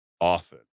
often